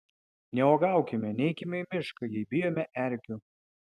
neuogaukime neikime į mišką jei bijome erkių